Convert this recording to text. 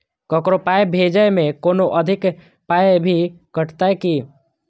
ककरो पाय भेजै मे कोनो अधिक पाय भी कटतै की?